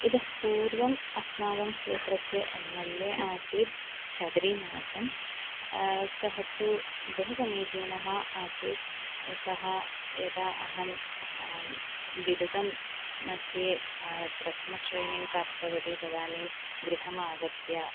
इतः पूर्वम् अस्माकं क्षेत्रस्य एम् एल् ए आसीत् शबरीनाथन् सः तु बहु समीचीनः आसीत् सः यदा अहं बिरुदं मध्ये प्रथमश्रेणीं प्राप्तवती तदानीं गृहमागत्य